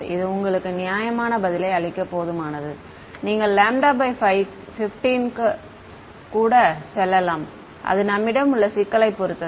இது உங்களுக்கு நியாயமான பதிலை அளிக்க போதுமானது நீங்கள் λ15 க்கு கூட செல்லலாம் அது நம்மிடம் உள்ள சிக்கலைப் பொறுத்தது